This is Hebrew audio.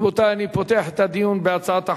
רבותי, אני פותח את הדיון בהצעת החוק.